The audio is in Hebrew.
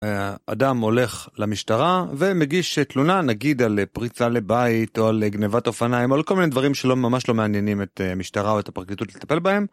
אדם הולך למשטרה ומגיש תלונה, נגיד על פריצה לבית, או על גניבת אופניים, או על כל מיני דברים שממש לא מעניינים את המשטרה או את הפרקליטות לטפל בהם.